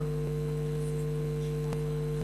אדוני היושב-ראש,